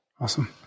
Awesome